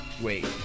wait